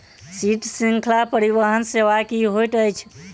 शीत श्रृंखला परिवहन सेवा की होइत अछि?